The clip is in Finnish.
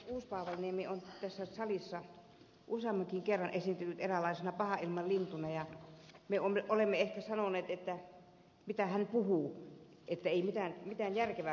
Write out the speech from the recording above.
uusipaavalniemi on tässä salissa useammankin kerran esiintynyt eräänlaisena pahanilmanlintuna ja me olemme ehkä sanoneet että ei hän mitään järkevää puhu